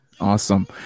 awesome